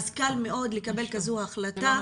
אז קל מאוד לקבל כזו החלטה.